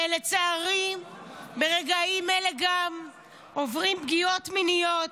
שלצערי ברגעים אלה גם עוברים פגיעות מיניות.